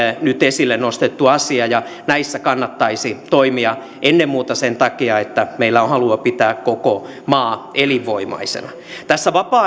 nyt esille nostettu asia näissä kannattaisi toimia ennen muuta sen takia että meillä on halua pitää koko maa elinvoimaisena tässä vapaa